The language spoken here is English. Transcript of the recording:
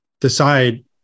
decide